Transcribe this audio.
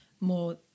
more